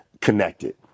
connected